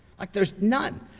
like there's none.